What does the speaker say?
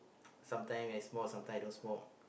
sometimes ya I smoke sometimes I don't smoke